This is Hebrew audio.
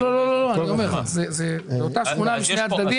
זאת אותה שכונה משני הצדדים,